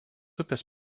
upės